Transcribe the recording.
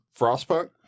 Frostpunk